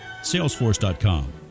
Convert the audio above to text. salesforce.com